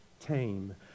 tame